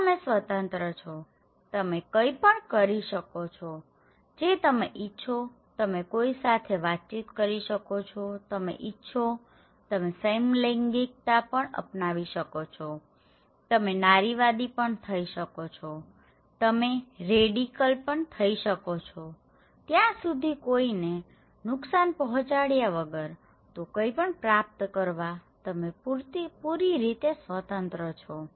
તો તમે સ્વતંત્ર છો તમે કંઈપણ કરી શકો છો જે તમે ઈચ્છોતમે કોઈપણ સાથે વાતચીત કરી શકો છોતમે ઈચ્છો તો તમે સમલૈંગિકતા પણ અપનાવી શકો છોતમે નારીવાદી પણ થઈ શકો છોતમે રેડિકલ થઈ શકો છો ત્યાં સુધી કોઈને નુકસાન પહોંચાડ્યા વગર તો કંઈપણ પ્રાપ્ત કરવા તમે પૂરી રીતે સ્વતંત્ર છો